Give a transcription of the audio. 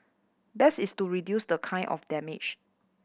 best is to reduce the kind of damage